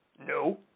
No